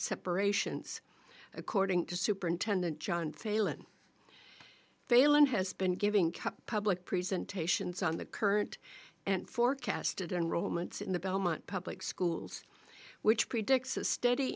separations according to superintendent john failon failon has been giving cut public presentations on the current and forecasted enrollments in the belmont public schools which predicts a steady